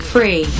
Free